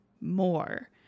more